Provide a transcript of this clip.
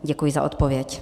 Děkuji za odpověď.